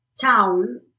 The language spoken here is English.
town